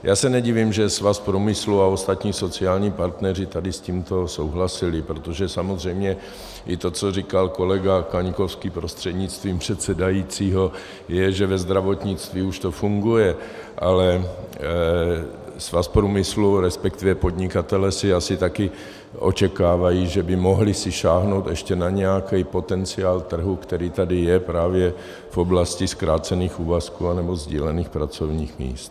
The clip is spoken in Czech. Já se nedivím, že Svaz průmyslu a ostatní sociální partneři tady s tímto souhlasili, protože samozřejmě i to, co říkal kolega Kaňkovský prostřednictvím předsedajícího, je, že ve zdravotnictví už to funguje, ale Svaz průmyslu, resp. podnikatelé, asi také očekávají, že by si mohli sáhnout ještě na nějaký potenciál trhu, který tady je právě v oblasti zkrácených úvazků anebo sdílených pracovních míst.